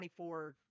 24